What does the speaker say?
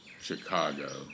Chicago